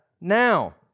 now